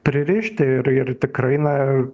pririšti ir ir tikrai na